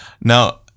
Now